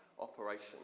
operation